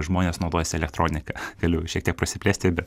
žmonės naudojasi elektronika galiu šiek tiek prasiplėsti be